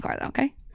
Okay